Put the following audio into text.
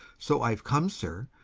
so i've come, sir,